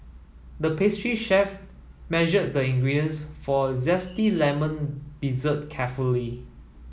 the pastry chef measured the ingredients for a zesty lemon dessert carefully